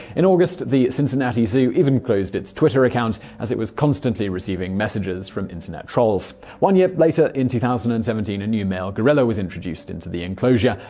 in august, the cincinnati zoo even closed its twitter account as it was constantly receiving messages from internet trolls. one year later, in two thousand and seventeen, a new male gorilla was introduced in the enclosure,